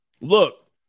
look